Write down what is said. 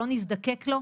שלא נזדקק לו,